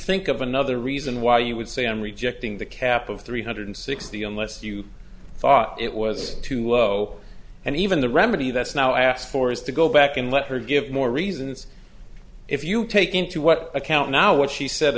think of another reason why you would say i'm rejecting the cap of three hundred sixty unless you thought it was too low and even the remedy that's now asked for is to go back and let her give more reasons if you take into what account now what she said